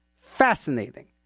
Fascinating